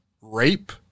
rape